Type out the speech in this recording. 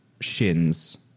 shins